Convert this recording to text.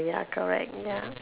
ya correct ya